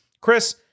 Chris